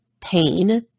pain